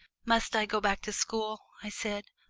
must i go back to school? i said.